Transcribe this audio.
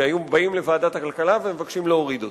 היו באים לוועדת הכלכלה ומבקשים להוריד אותה.